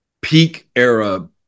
peak-era